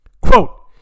Quote